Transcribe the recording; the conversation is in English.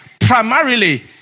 Primarily